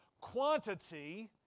quantity